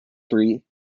three